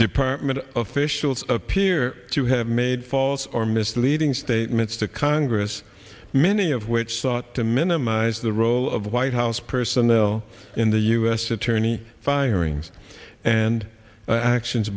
department officials appear to have made false or misleading statements to congress many of which sought to minimize the role of white house personnel in the u s attorney firings and actions